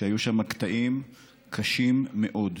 שהיו שם קטעים קשים מאוד,